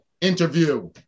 Interview